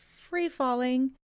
free-falling